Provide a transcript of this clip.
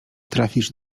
trafisz